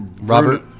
Robert